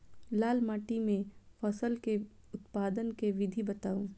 लाल माटि मे फसल केँ उत्पादन केँ विधि बताऊ?